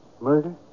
murder